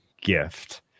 gift